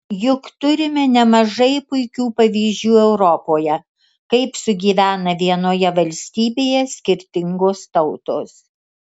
juk turime nemažai puikių pavyzdžių europoje kaip sugyvena vienoje valstybėje skirtingos tautos